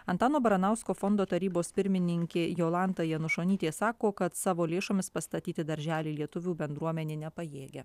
antano baranausko fondo tarybos pirmininkė jolanta janušonytė sako kad savo lėšomis pastatyti darželį lietuvių bendruomenė nepajėgia